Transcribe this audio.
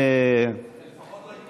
גמורה הצביע במקומו של חבר הכנסת עמיר פרץ.